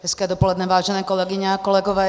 Hezké dopoledne, vážené kolegyně a kolegové.